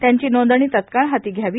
त्यांची नोंदणी तत्काळ हाती घ्यावी